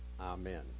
amen